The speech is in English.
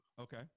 Okay